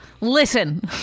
Listen